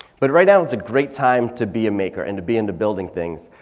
but right now is a great time to be a maker and to be into building things.